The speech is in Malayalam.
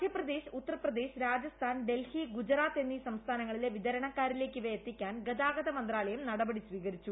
മധ്യപ്രദേശ് ഉത്തർ പ്രദേശ് രാജസ്ഥാൻ ഡൽഹി ഗുജറാത് എന്നീ സംസ്ഥാനങ്ങളിലെ വിതരണക്കാരിലേക്ക് ഇവ എത്തിക്കാൻ ഗതാഗത മന്ത്രാലയം നടപടി സ്വീകരിച്ചു